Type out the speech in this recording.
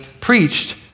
preached